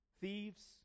Thieves